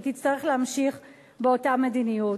היא תצטרך להמשיך באותה מדיניות.